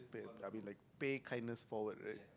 pay I mean like pay kindness forward right